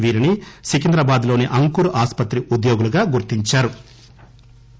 వీరిని సికింద్రాబాద్ లోని అంకుర్ ఆస్పత్రి ఉద్యోగులుగా గుర్తించారు